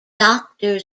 doctor